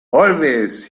always